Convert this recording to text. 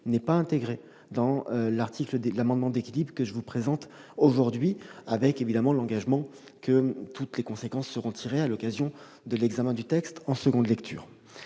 n'est pas intégrée dans l'amendement d'équilibre que je vous présenterai. Je prends bien sûr l'engagement que toutes les conséquences seront tirées lors de l'examen du texte en seconde lecture.